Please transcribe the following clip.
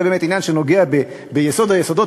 וזה באמת עניין שנוגע ביסוד היסודות,